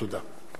תודה.